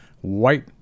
white